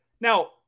Now